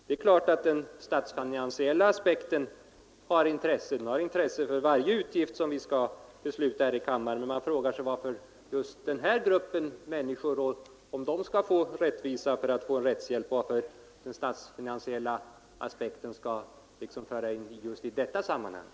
Det är klart att den statsfinansiella aspekten alltid är av intresse — den har intresse för varje utgift vi skall besluta om här i kammaren. Men jag frågar mig varför den statsfinansiella aspekten skall framhållas särskilt just när det gäller att skapa rättvisa åt denna grupp av människor.